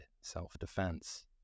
self-defense